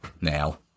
now